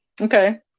Okay